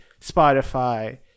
Spotify